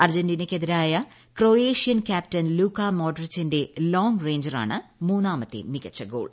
അർജന്റീനക്കെതിരായ Croatian captain Luka മോഡ്രിച്ചിന്റെ ലോങ്റേഞ്ചറാണ് മൂന്നാമത്തെ മികച്ച ഗോൾ